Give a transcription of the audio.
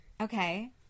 Okay